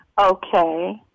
Okay